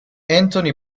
anthony